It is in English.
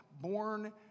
born